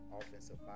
offensive